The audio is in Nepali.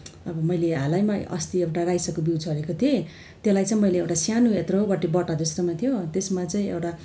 अब मैले हालैमा अस्ति एउटा रायो सागको बिउ छरेको थिएँ त्यसलाई मैले सानो यत्रोबट्टि बट्टा जस्तोमा थियो त्यसमा चाहिँ एउटा